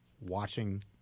watching